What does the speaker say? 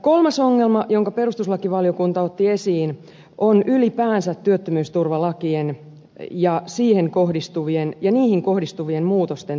kolmas ongelma jonka perustuslakivaliokunta otti esiin on ylipäänsä työttömyysturvalakien ja niihin kohdistuvien muutosten toteuttamistapa